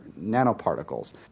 nanoparticles